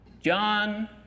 John